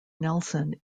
nelson